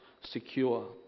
secure